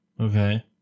Okay